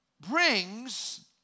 brings